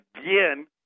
again